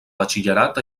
batxillerat